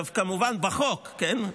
כמובן בחוק, כן?